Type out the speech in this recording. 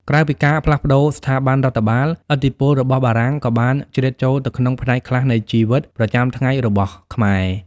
ក្រៅពីការផ្លាស់ប្ដូរស្ថាប័នរដ្ឋបាល ឥទ្ធិពលរបស់បារាំងក៏បានជ្រៀតចូលទៅក្នុងផ្នែកខ្លះនៃជីវិតប្រចាំថ្ងៃរបស់ខ្មែរ។